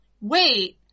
wait